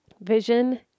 vision